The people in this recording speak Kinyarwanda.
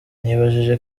nibajije